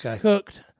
cooked